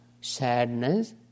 sadness